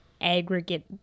aggregate